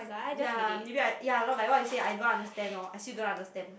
yea maybe I yea like what you say I don't understand loh I still don't understand